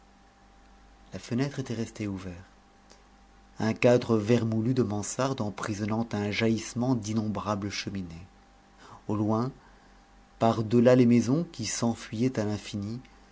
la fenêtre était restée ouverte un cadre vermoulu de mansarde emprisonnant un jaillissement d'innombrables cheminées au loin par-delà les maisons qui s'enfuyaient à l'infini